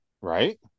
Right